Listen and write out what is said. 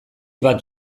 bat